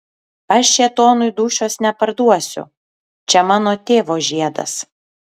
aš šėtonui dūšios neparduosiu čia mano tėvo žiedas